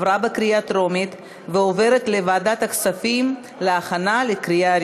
לוועדת הכספים נתקבלה.